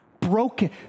Broken